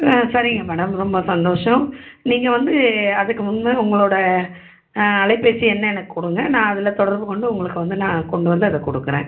ம் சரிங்க மேடம் ரொம்ப சந்தோஷம் நீங்கள் வந்து அதுக்கு முன்பு உங்களோடய அலைப்பேசி எண்ணை எனக்கு கொடுங்க நான் அதில் தொடர்பு கொண்டு உங்களுக்கு வந்து நான் கொண்டு வந்து அதை கொடுக்குறேன்